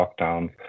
lockdowns